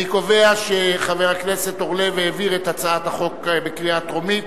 אני קובע שחבר הכנסת אורלב העביר את הצעת החוק בקריאה טרומית,